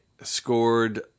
scored